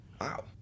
Wow